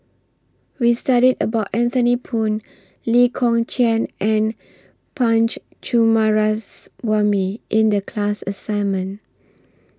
We studied about Anthony Poon Lee Kong Chian and Punch Coomaraswamy in The class assignment